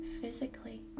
physically